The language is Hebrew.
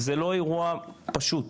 זה לא אירוע פשוט,